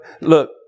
look